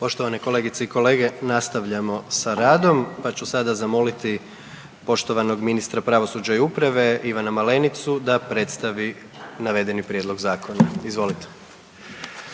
Poštovani kolegice i kolege nastavljamo sa radom, pa ću sada zamoliti poštovanog ministra pravosuđa i uprave Ivana Malenicu da predstavi navedeni prijedlog zakona. Izvolite.